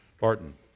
Barton